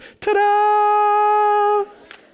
ta-da